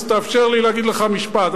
אז תאפשר לי להגיד לך משפט.